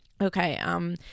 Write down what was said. Okay